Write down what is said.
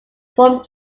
form